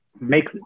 make